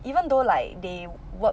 even though like they work